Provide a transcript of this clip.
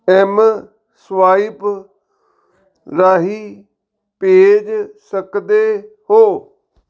mSwipe ਰਾਹੀਂ ਭੇਜ ਸਕਦੇ ਹੋ